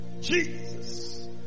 Jesus